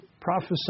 prophesied